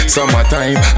Summertime